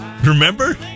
Remember